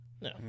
No